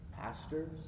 pastors